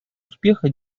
успеха